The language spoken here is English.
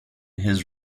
his